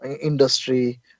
industry